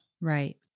Right